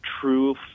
true